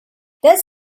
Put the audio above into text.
this